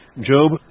Job